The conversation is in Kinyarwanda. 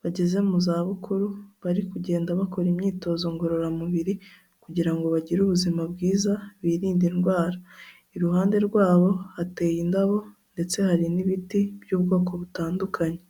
bageze mu za bukuru bari kugenda bakora imyitozo ngororamubiri kugira ngo bagire ubuzima bwiza birinde indwara, iruhande rwabo hateye indabo ndetse hari n'ibiti by'ubwoko butandukanye.